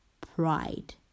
pride